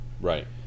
Right